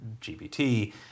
GPT